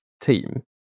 team